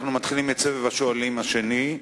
אנחנו מתחילים את סבב השואלים השני.